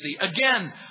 Again